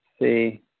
see